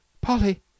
Polly